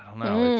no,